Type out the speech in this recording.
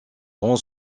grand